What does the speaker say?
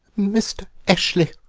mr. eshley,